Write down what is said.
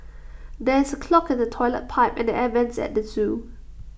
there is A clog in the Toilet Pipe and the air Vents at the Zoo